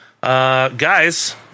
Guys